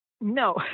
no